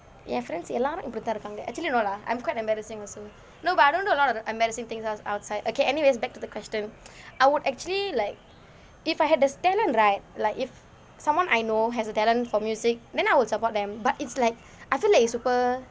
என்:en friends எல்லாரும் இப்படி தான் இருக்காங்க:ellaarum ippadi thaan irukkaanga actually no lah I'm quite embarrassing also no but I don't do a lot of embarrassing things out~ outside okay anyways back to the question I would actually like if I had the talent right like if someone I know has a talent for music then I will support them but it's like I feel like it's super